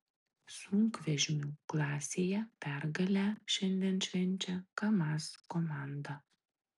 sunkvežimių klasėje pergalę šiandien švenčia kamaz komanda